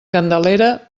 candelera